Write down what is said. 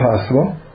possible